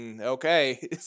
okay